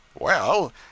Well